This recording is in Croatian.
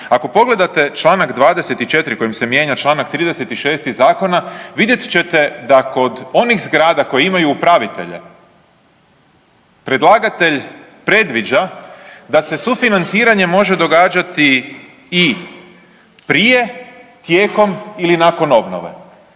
Ako pogledate čl. 24. kojim se mijenja čl. 36. zakona vidjet ćete da kod onih zgrada koji imaju upravitelje predlagatelj predviđa da se sufinanciranje može događati i prije, tijekom ili nakon obnove.